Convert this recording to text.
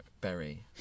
berry